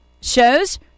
shows